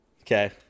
Okay